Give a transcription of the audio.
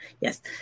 Yes